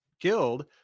Guild